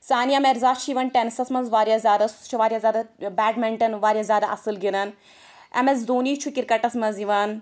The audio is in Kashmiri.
سانِیہ مِرزا چھِ یِوان ٹیٚنسَس منٛز واریاہ زیادٕ سۄ چھِ واریاہ زیادٕ بیڈمِنٹَن واریاہ زیادٕ اصٕل گِنٛدان ایٚم ایٚس دھونی چھُ کِرکَٹَس منٛز یِوان